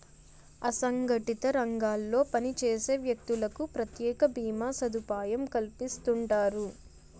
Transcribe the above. అసంగటిత రంగాల్లో పనిచేసే వ్యక్తులకు ప్రత్యేక భీమా సదుపాయం కల్పిస్తుంటారు